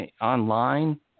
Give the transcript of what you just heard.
online